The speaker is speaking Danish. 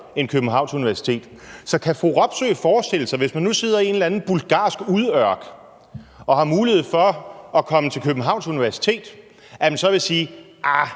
end Københavns Universitet. Så jeg vil spørge fru Robsøe, om fru Robsøe kan forestille sig, at hvis man nu sidder i en eller anden bulgarsk udørk og har mulighed for at komme til Københavns Universitet, vil man sige: